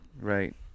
Right